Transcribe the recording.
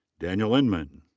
daniel inman.